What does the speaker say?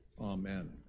amen